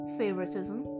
favoritism